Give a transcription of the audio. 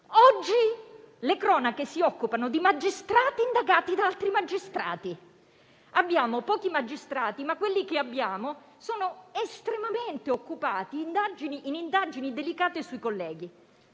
oggi si occupano di magistrati indagati da altri magistrati. Abbiamo pochi magistrati, ma quelli che abbiamo sono estremamente occupati in indagini delicate sui colleghi.